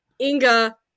Inga